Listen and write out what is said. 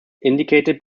indicated